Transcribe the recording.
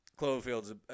Cloverfield's